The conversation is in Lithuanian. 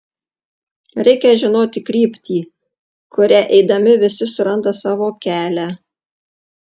reikia žinoti kryptį kuria eidami visi suranda savo kelią